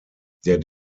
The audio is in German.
der